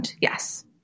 Yes